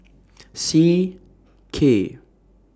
C K